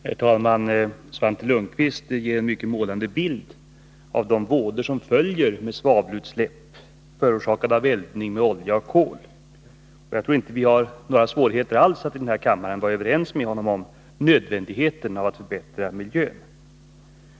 Herr talman! Svante Lundkvist ger en mycket målande bild av de vådor som följer med svavelutsläpp, förorsakade av eldning med olja och kol. Jag tror inte att vi i den här kammaren har några svårigheter alls att vara överens med honom om nödvändigheten av att förbättra miljön.